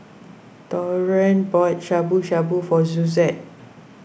Taurean bought Shabu Shabu for Suzette